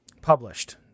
Published